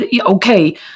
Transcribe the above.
Okay